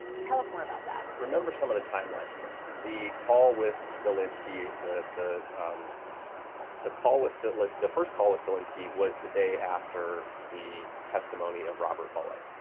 tell us more about that. remember some of the time line here, the call with zelensky, the the call with so like the first call with zelensky was the day after the testimony of robert mueller.